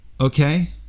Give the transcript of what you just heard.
okay